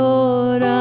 Lord